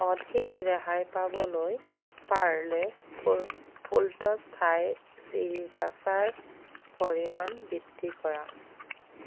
অধিক ৰেহাই পাবলৈ পাৰ্লে ফু ফুলটছ থাই শ্ৰীৰাচাৰ পৰিমাণ বৃদ্ধি কৰা